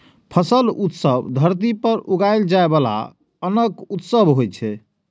फसल उत्सव धरती पर उगाएल जाइ बला अन्नक उत्सव होइ छै